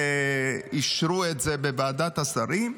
ואישרו את זה בוועדת שרים.